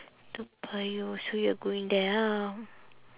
toa payoh so you're going there ah